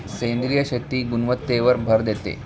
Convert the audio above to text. सेंद्रिय शेती गुणवत्तेवर भर देते